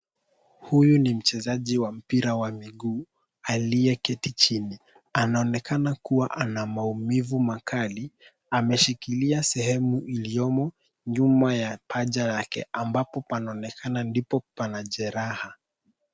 Huyu ni mchezaji wa mpira wa miguu aliye keti chini. Anaonekana kuwa ana maumivu makali. Ameshikilia sehemu iliyomo nyuma ya paja lake ambapo panaonekana ndipo pana jeraha.